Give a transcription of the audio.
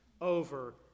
over